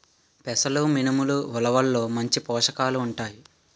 పెసలు మినుములు ఉలవల్లో మంచి పోషకాలు ఉంటాయి